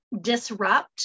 disrupt